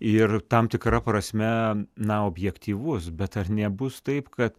ir tam tikra prasme na objektyvus bet ar nebus taip kad